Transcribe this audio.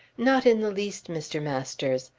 not in the least, mr. masters.